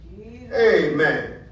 Amen